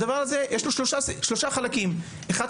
לדבר הזה יש שלושה חלקים - האחד,